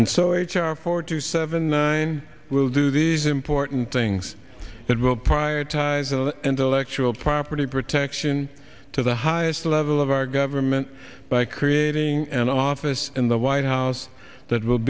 and so h r four to seven nine will do these important things that will prioritize intellectual property protection to the highest level of our government by creating an office in the white house that will